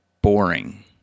Boring